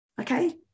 Okay